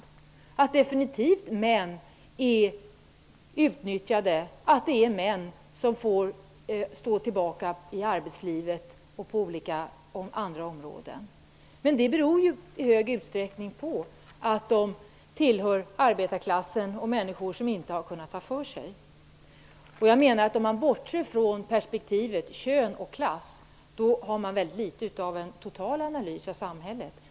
Det finns definitivt män som är utnyttjade och som får stå tillbaka i arbetslivet och på olika andra områden. Det beror i stor utsträckning på att de tillhör arbetarklassen och inte har kunnat ta för sig. Jag menar att man om man bortser från perspektivet kön och klass inte kan komma särskilt långt i en total analys av samhället.